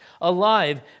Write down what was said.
alive